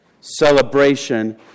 celebration